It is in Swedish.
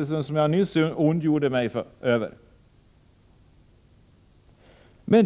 rekommendation som jag nyss ondgjorde mig över.